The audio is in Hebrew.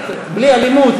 בלי אלימות,